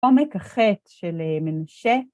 עומק החטא של של מנשה